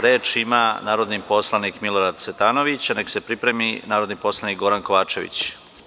Reč ima narodni poslanik Milorad Cvetanović, a neka se pripremi narodni poslanik Goran Kovačević.